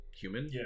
human